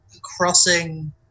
crossing